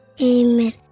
Amen